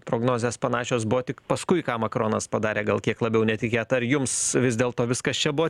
prognozės panašios buvo tik paskui ką makronas padarė gal kiek labiau netikėta ar jums vis dėl to viskas čia buvo